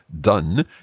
done